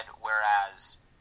whereas